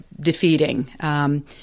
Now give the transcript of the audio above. defeating